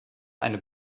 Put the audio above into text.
eine